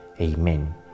Amen